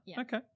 Okay